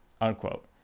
unquote